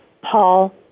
Paul